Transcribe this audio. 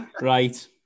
Right